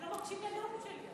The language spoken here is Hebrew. אתה לא מקשיב לנאום שלי.